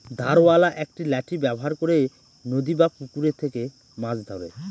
ধারওয়ালা একটি লাঠি ব্যবহার করে নদী বা পুকুরে থেকে মাছ ধরে